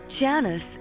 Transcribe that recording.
Janice